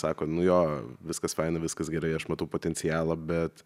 sako nu jo viskas faina viskas gerai aš matau potencialą bet